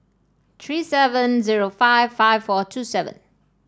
three seven zero five five four two seven